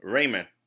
Raymond